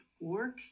work